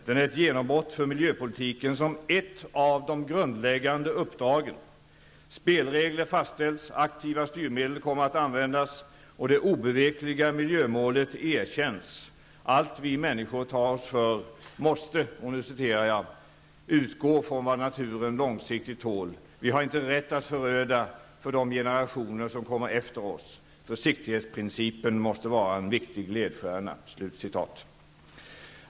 Den är ett genombrott för miljöpolitiken som ett av de grundläggande uppdragen. Spelregler fastställs, aktiva styrmedel kommer att användas och det obevekliga miljömålet erkänns: Allt vi människor tar oss för måste -- och nu citerar jag -- ''utgå ifrån vad naturen långsiktigt tål. Vi har inte rätt att föröda för de generationer som kommer efter oss. Försiktighetsprincipen måste vara en viktig ledstjärna.''